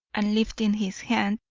and lifting his hand,